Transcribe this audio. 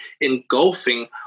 engulfing